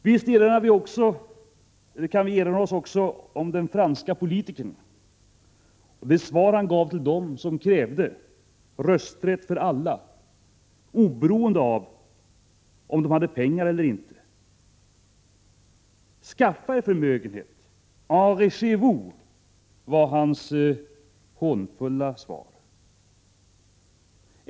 Visst kan vi också erinra oss den franske politikerns svar till dem som krävde rösträtt för alla, oberoende av om de hade pengar eller inte. Skaffa er förmögenhet! ”Enrichez-vous!”, var hans hånfulla svar.